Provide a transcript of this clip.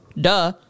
Duh